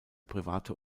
private